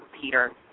Peter